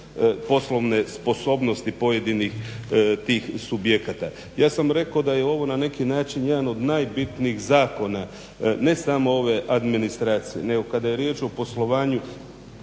poslovne sposobnosti pojedinih tih subjekata. Ja sam rekao da je ovo na neki način jedan od najbitnijih zakona ne samo ove administracije nego kada je riječ o poslovanju